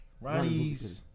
Ronnie's